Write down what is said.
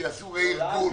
שיעשו רה-ארגון.